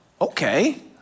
Okay